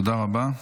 תודה רבה.